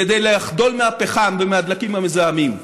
כדי לחדול מהפחם ומהדלקים המזהמים,